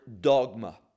dogma